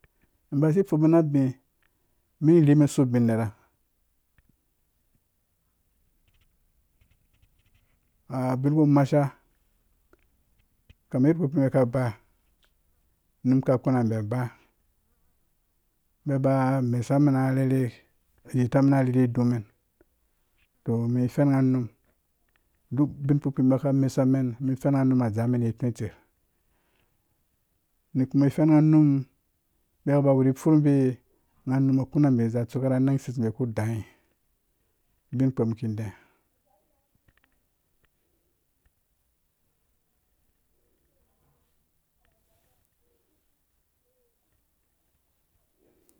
Mba si fu pung na abi mi rhisum ubin nerha ha ubin ku masha kama yadda kpurkpii mbi ka ba num ka kuna mba aba mbi ba mesa mɛn arherhe nerherhe idu mɛn tɔ mɛn fɛn nga num duk ubin kpukpii mbi ka mesa mɛn mi kuna fɛn nga num mbi ba wurhi furhu mbi nga num kuna mbi za tsuka rha nang sei mbi ku dai bin kpo mi ki dɛɛ